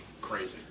crazy